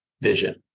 vision